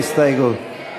ההסתייגות של